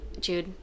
Jude